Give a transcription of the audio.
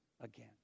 again